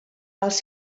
els